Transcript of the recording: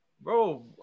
Bro